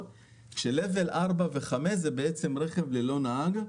רמה 4 ו-5 זה רכב ללא נהג.